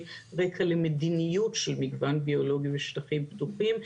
רקע למדיניות של מגוון ביולוגי ושטחים פתוחים,